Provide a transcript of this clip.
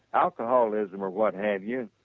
alcoholism or what have you.